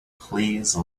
please